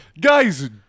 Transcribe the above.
guys